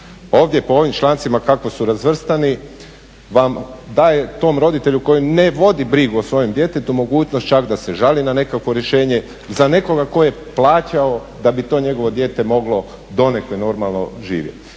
Ovdje po ovim člancima kako su razvrstani vam daje, tom roditelju koji ne vodi brigu o svojem djetetu mogućnost čak da se žali na nekakvo rješenje, za nekoga ko je plaćao da bi to njegovo dijete moglo donekle normalno živjeti.